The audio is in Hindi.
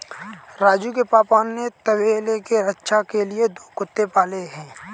राजू के पापा ने तबेले के रक्षा के लिए दो कुत्ते पाले हैं